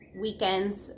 weekend's